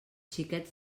xiquets